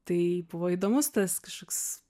tai buvo įdomus tas kažkoks